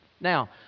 Now